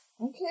Okay